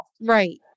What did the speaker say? Right